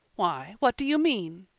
why, what do you mean?